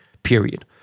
period